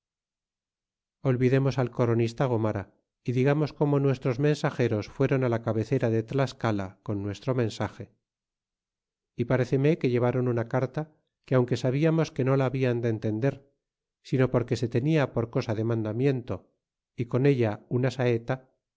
olvidemos al coronista gomara y digamos como nuestros mensageros fueron á la cabecera de tlascala con nuestro mensage y paréceme que llevaron una carta que aunque sabiamos que no la habian de entender sino porque se tenia por cosa de mandamiento y con ella una saeta